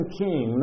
king